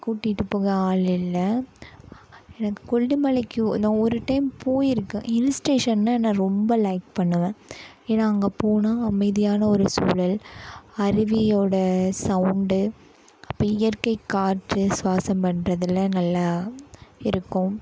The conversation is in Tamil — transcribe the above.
கூட்டிட்டு போக ஆள் இல்லை எனக்கு கொல்லி மலைக்கு நான் ஒரு டைம் போய்ருக்கேன் ஹில்ஸ் ஸ்டேஷன்னா நான் ரொம்ப லைக் பண்ணுவேன் ஏன்னா அங்கே போனால் அமைதியான ஒரு சூழல் அருவியோட சவுண்டு அப்போ இயற்கை காற்று சுவாசம் பண்றதில் நல்லா இருக்கும்